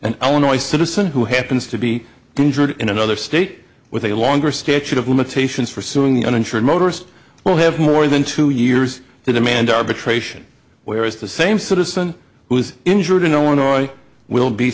an illinois citizen who happens to be injured in another state with a longer statute of limitations for suing the uninsured motorist will have more than two years to demand arbitration where is the same citizen who was injured in illinois will be